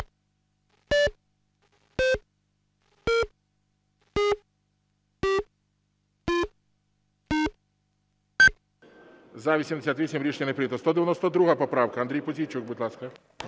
За-88 Рішення не прийнято. 192 поправка. Андрій Пузійчук, будь ласка.